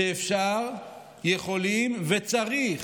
שאפשר, יכולים וצריך